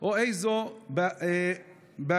או איזו בעיה,